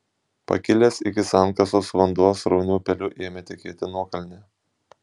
pakilęs iki sankasos vanduo srauniu upeliu ėmė tekėti nuokalne